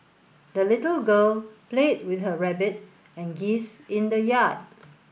the little girl played with her rabbit and geese in the yard